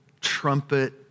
trumpet